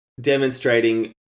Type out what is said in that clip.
demonstrating